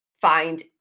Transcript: find